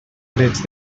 drets